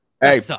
Hey